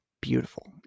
beautiful